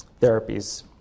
therapies